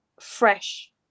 fresh